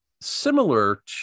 Similar